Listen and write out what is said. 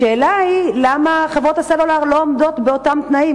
השאלה היא למה חברות הסלולר לא עומדות באותם תנאים,